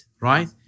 right